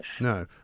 No